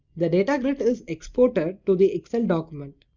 the data grid is exported to the excel document.